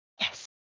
Yes